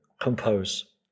compose